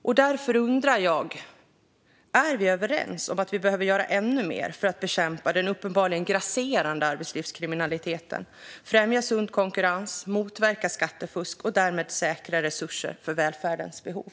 Jag undrar därför: Är vi överens om att vi behöver göra ännu mer för att bekämpa den uppenbarligen grasserande arbetslivskriminaliteten, främja sund konkurrens, motverka skattefusk och därmed säkra resurser för välfärdens behov?